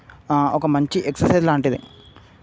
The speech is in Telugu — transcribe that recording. ఒక మంచి ఎక్సర్సైజ్ లాంటిది